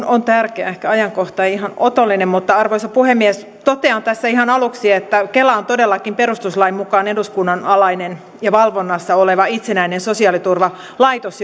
on tärkeä ehkä ajankohta ei ihan otollinen arvoisa puhemies totean tässä ihan aluksi että kela on todellakin perustuslain mukaan eduskunnan alainen ja valvonnassa oleva itsenäinen sosiaaliturvalaitos